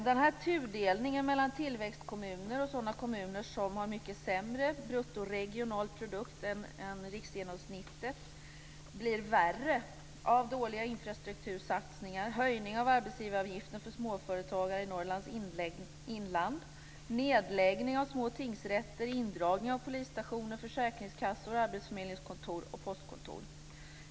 Den här tudelningen mellan tillväxtkommuner och sådana kommuner som har mycket sämre bruttoregionalprodukt än riksgenomsnittet blir värre av dåliga infrastruktursatsningar, höjning av arbetsgivaravgiften för småföretagare i Norrlands inland, nedläggning av två tingsrätter och indragning av polisstationer, försäkringskassor, arbetsförmedlingskontor och postkontor.